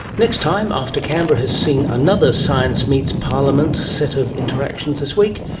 next time, after canberra has seen another science meets parliament set of interactions this week,